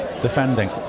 defending